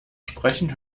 sprechen